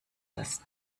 das